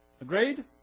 Agreed